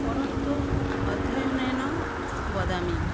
परन्तु अध्ययनेन वदामि